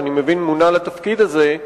שאני מבין שהוא מונה לתפקיד הזה.